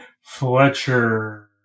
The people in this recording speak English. Fletcher